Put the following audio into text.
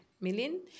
million